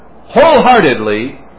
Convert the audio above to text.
wholeheartedly